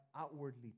outwardly